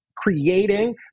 creating